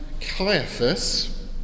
Caiaphas